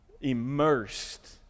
immersed